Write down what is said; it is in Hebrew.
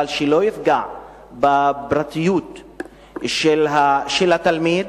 אבל שלא יפגע בפרטיות של התלמיד,